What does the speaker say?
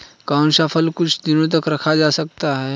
कौन सा फल कुछ दिनों तक रखा जा सकता है?